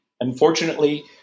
Unfortunately